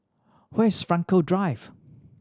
where's Frankel Drive